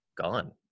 gone